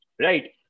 right